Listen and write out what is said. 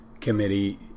Committee